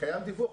קיים דיווח,